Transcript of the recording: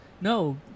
No